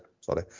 sorry